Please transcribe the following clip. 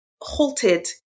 halted